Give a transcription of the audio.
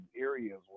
areas